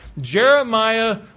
Jeremiah